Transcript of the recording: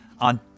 on